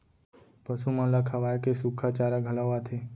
पसु मन ल खवाए के सुक्खा चारा घलौ आथे